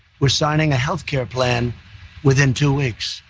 we're signing a health care plan within two weeks,